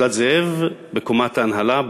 בפעם הראשונה ב"מצודת זאב", בקומת ההנהלה.